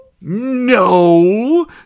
No